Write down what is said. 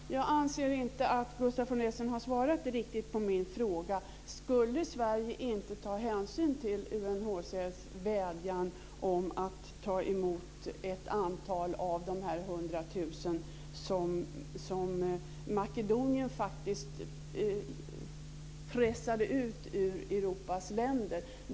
Fru talman! Jag anser inte att Gustaf von Essen har svarat riktigt på min fråga: Skulle Sverige inte ta hänsyn till UNHCR:s vädjan om att ta emot ett antal av dessa 100 000 som Makedonien faktiskt pressade ut över Europas länder.